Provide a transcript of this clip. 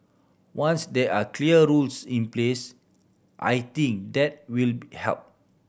once there are clear rules in place I think that will help